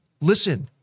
listen